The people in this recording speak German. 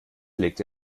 legte